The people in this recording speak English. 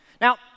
Now